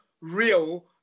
real